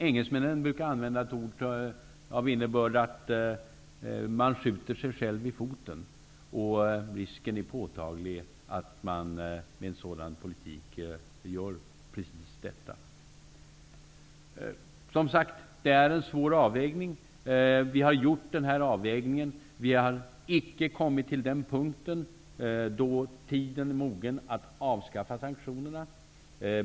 Engelsmännen brukar använda ett uttryck med innebörden att man skjuter sig själv i foten. Risken är påtaglig att precis göra så med en sådan politik. Det här är en svår avvägning. Vi har gjort denna avvägning, och vi har icke kommit till den punkt då tiden är mogen att avskaffa sanktionerna.